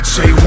Say